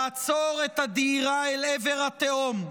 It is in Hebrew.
לעצור את הדהירה אל עבר התהום,